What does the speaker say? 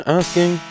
asking